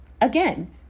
Again